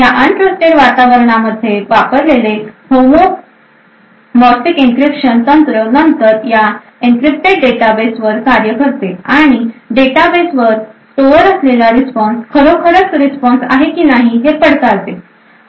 या अनत्रस्तेड वातावरणामध्ये वापरलेले होमोमॉर्फिक एनक्रिप्शन तंत्र नंतर या एनक्रिप्टेड डेटाबेसवर कार्य करते आणि डेटाबेसमध्ये स्टोअर असलेला रिस्पॉन्स खरोखरच रिस्पॉन्स आहे की नाही हे पडताळाते